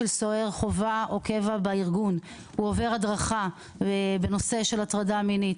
סוהר חובה או קבע בארגון עובר הדרכה בנושא הטרדה מינית,